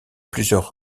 plusieurs